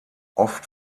oft